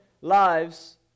lives